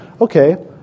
Okay